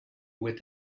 with